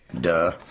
Duh